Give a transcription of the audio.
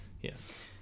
Yes